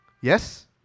Yes